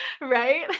Right